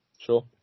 Sure